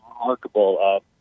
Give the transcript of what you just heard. remarkable